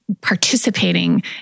participating